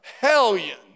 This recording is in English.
hellion